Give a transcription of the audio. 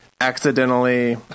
accidentally